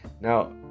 Now